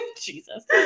Jesus